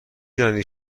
دانید